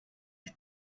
ist